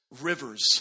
rivers